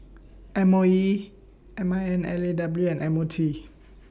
M O E M I N L A W and M O T